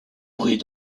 bruit